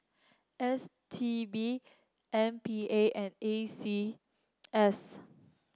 S T B M P A and A C S